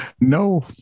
No